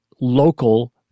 local